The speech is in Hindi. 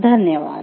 धन्यवाद